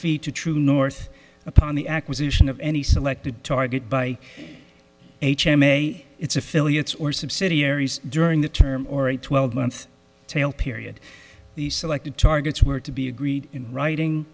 to true north upon the acquisition of any selected target by h m a s its affiliates or subsidiaries during the term or a twelve month tail period the selected targets were to be agreed in writing